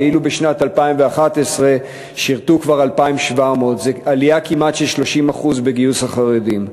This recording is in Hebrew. ואילו בשנת 2011 שירתו כבר 2,700. זו עלייה כמעט של 30% בגיוס החרדים.